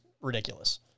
ridiculous